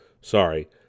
Sorry